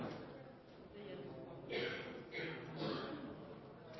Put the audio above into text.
det gjelder å